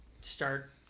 start